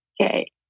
Okay